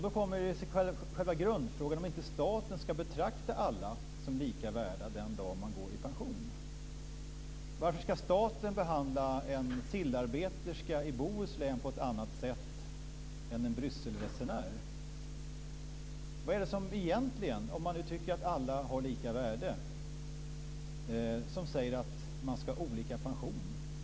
Då kommer själva grundfrågan, om inte staten ska betrakta alla som lika mycket värda den dag de går i pension. Varför ska staten behandla en sillarbeterska i Bohuslän på ett annat sätt än en Brysselresenär? Vad är det egentligen, om man nu tycker att alla har lika värde, som säger att man ska ha olika pension?